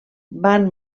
van